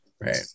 Right